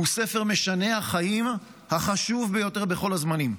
הוא ספר משנה החיים החשוב ביותר בכל הזמנים.